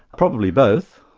probably both,